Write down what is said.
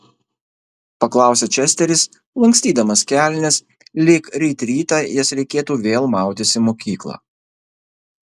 paklausė česteris lankstydamas kelnes lyg ryt rytą jas reikėtų vėl mautis į mokyklą